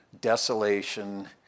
desolation